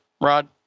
Rod